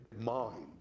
mind